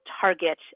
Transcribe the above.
target